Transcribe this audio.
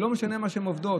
זה לא משנה במה הן עובדות,